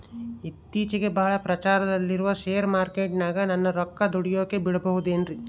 ಇತ್ತೇಚಿಗೆ ಬಹಳ ಪ್ರಚಾರದಲ್ಲಿರೋ ಶೇರ್ ಮಾರ್ಕೇಟಿನಾಗ ನನ್ನ ರೊಕ್ಕ ದುಡಿಯೋಕೆ ಬಿಡುಬಹುದೇನ್ರಿ?